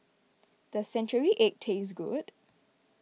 does Century Egg taste good